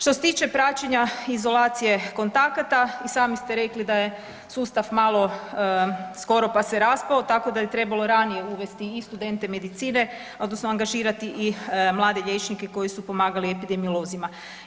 Što se tiče praćenja izolacije kontakata i sami ste rekli da je sustav malo skoro pa se raspao tako da je trebalo ranije uvesti i studente medicine odnosno angažirati i mlade liječnike koji su pomagali epidemiolozima.